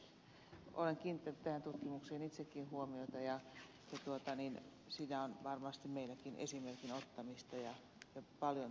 olen kiinnittänyt tähän tutkimukseen itsekin huomiota ja siinä on varmasti meilläkin esimerkin ottamista ja paljon työtä tehtävänä